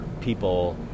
people